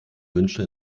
wünsche